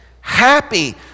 happy